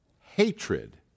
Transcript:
hatred